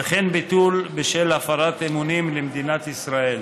וכן ביטול בשל הפרת אמונים למדינת ישראל.